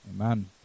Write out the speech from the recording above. amen